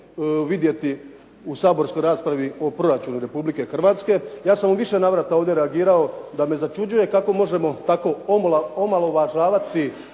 vidjeti u saborskoj raspravi o proračunu Republike Hrvatske, ja sam u više navrata ovdje reagirao da me začuđuje kako možemo tako omalovažavati